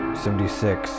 seventy-six